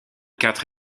quatre